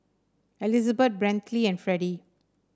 Elizabet Brantley and Freddie